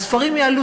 מחירי הספרים יעלו,